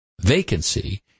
vacancy